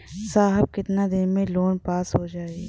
साहब कितना दिन में लोन पास हो जाई?